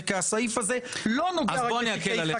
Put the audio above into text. זה כי הסעיף הזה לא נוגע רק לתיקי חקירה.